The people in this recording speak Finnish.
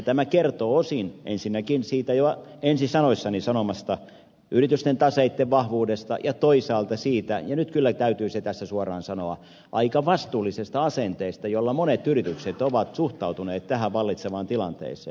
tämä kertoo osin ensinnäkin siitä jo ensi sanoissani sanomastani yritysten taseitten vahvuudesta ja toisaalta siitä ja nyt kyllä täytyy se tässä suoraan sanoa aika vastuullisesta asenteesta jolla monet yritykset ovat suhtautuneet tähän vallitsevaan tilanteeseen